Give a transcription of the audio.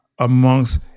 amongst